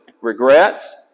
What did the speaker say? regrets